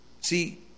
see